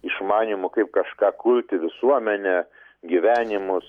išmanymu kaip kažką kurti visuomenę gyvenimus